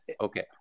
Okay